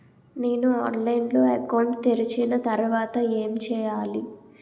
నేను ఆన్లైన్ లో అకౌంట్ తెరిచిన తర్వాత ఏం చేయాలి?